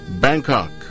Bangkok